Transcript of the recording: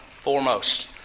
foremost